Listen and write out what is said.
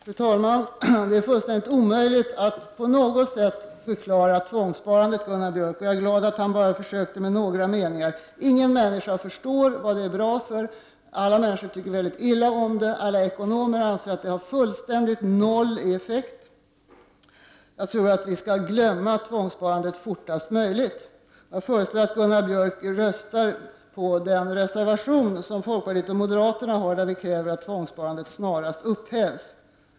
Fru talman! Det är fullständigt omöjligt att på något sätt förklara tvångssparandet, Gunnar Björk. Jag är glad att hans försök omfattade bara några meningar. Ingen människa förstår vad tvångssparandet är bra för, alla människor tycker mycket illa om det, och alla ekonomer anser att det är fullständigt verkningslöst. Vi bör nog glömma tvångssparandet fortast möjligt. Jag föreslår att Gunnar Björk röstar för folkpartiets och moderaternas reservation, där vi kräver att tvångssparandet snarast upphävs.